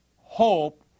hope